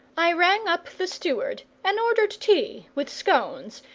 i rang up the steward and ordered tea, with scones,